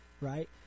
Right